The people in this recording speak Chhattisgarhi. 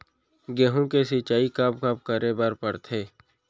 गेहूँ के सिंचाई कब कब करे बर पड़थे?